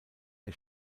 der